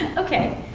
ok.